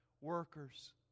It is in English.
workers